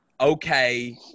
okay